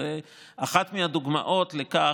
זאת אחת מהדוגמאות לכך,